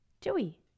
Joey